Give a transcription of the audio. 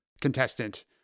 contestant